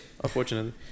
Unfortunately